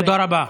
תודה רבה.